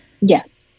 yes